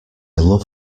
love